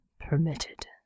permitted